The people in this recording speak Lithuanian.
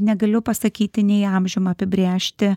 negaliu pasakyti nei amžium apibrėžti